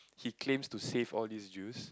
he claims to save all these jews